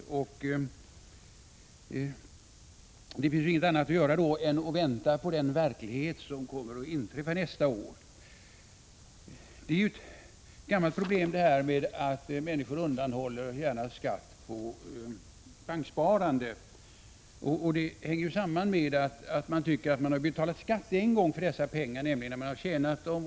Det finns väl då ingenting annat att göra än att vänta på den verklighet som kommer att inträffa nästa år. Det är ett gammalt problem att människor undanhåller skatt på banksparande. Det hänger samman med att man tycker att man betalat skatt en gång för dessa pengar, när man har tjänat dem.